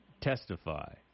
testify